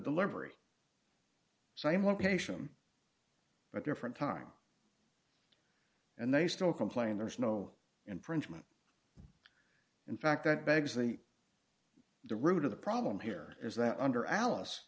delivery same one patient but different time and they still complain there's no infringement in fact that begs the the root of the problem here is that under alice